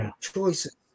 choices